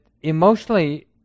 emotionally